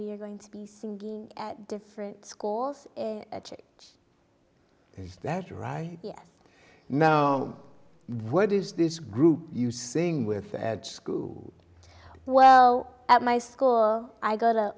we're going to be singing at different schools is that right yes now what is this group you sing with at school well at my school i go